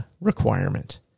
requirement